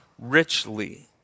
richly